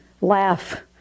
laugh